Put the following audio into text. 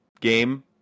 game